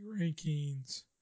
rankings